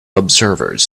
observers